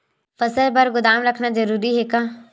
फसल बर गोदाम रखना जरूरी हे का?